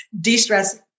de-stress